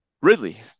Ridley